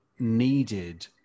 needed